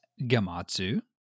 Gamatsu